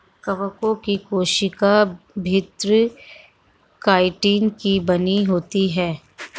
कवकों की कोशिका भित्ति काइटिन की बनी होती है